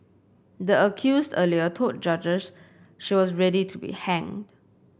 the accused earlier told judges she was ready to be hanged